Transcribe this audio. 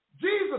Jesus